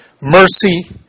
mercy